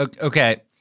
Okay